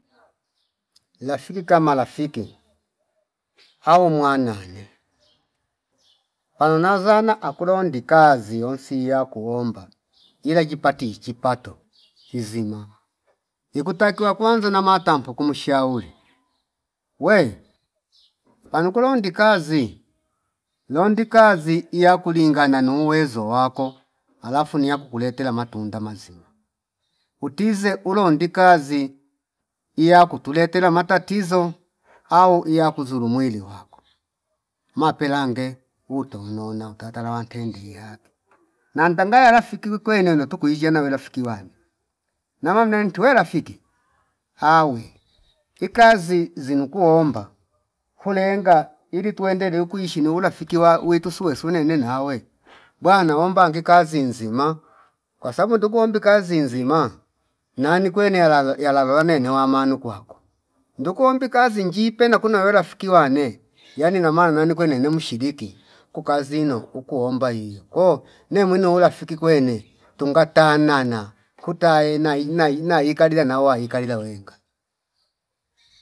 Lafiki kama lafiki au mwananya pano nazana akulo ndikazi ziyonsi yakuomba ila jipati chipato kizima ikutakia kwaza namatampo kumu shauri wee panu kulondi kazi londi kazi iya kulingana nu uwezo wako alafu niya kukuretela matunda mazima utize ulondi kazi iya kutuletela matatizo au iyakuzulu mwili wako mapela nge utu nona wakatala wantendi yatu nantangaya rafiki vikwene notu kuwizsha newa rafiki wane namna tuwe rafiki awe ikazi zinu kuomba kulenga ili tuendeleu kuishi ni urafiki wa wetu suwe sunene nawe bwana ombange kazi zinzima kwasabu ndungu ombi kazi nzima nani kwene yaladha yaladhwane niwamanu kwakwa nduku ombi kazi njipe nakunorera fiki wane yani nama nani kwene ne mshilipi ku kazino ukuomba iyo ko nemwino ulafiki kwene tunga ta nana kutae na ina- ina- ina ikadila nawa ikalila wenga